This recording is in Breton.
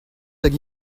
hag